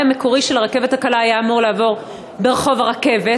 המקורי של הרכבת הקלה היה אמור לעבור ברחוב הרכבת,